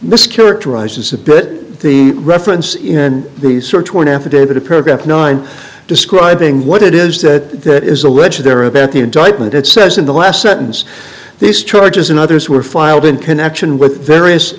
mischaracterizes it put the reference in the search warrant affidavit a paragraph nine describing what it is that is alleged there about the indictment it says in the last sentence these charges in others were filed in connection with various